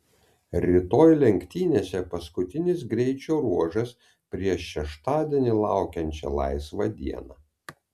rytoj lenktynėse paskutinis greičio ruožas prieš šeštadienį laukiančią laisvą dieną